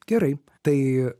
gerai tai